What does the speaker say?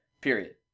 Period